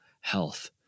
health